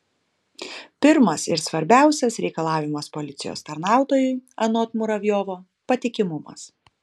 pirmas ir svarbiausias reikalavimas policijos tarnautojui anot muravjovo patikimumas